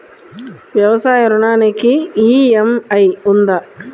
వ్యవసాయ ఋణానికి ఈ.ఎం.ఐ ఉందా?